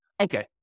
Okay